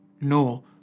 no